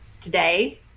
today